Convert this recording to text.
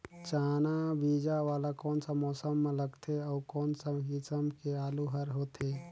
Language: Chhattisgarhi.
चाना बीजा वाला कोन सा मौसम म लगथे अउ कोन सा किसम के आलू हर होथे?